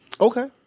Okay